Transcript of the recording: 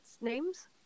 names